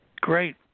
Great